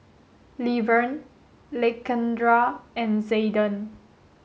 Levern Lakendra and Zaiden